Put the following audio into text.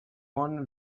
one